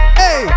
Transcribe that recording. hey